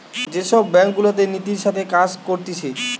যে সব ব্যাঙ্ক গুলাতে নীতির সাথে কাজ করতিছে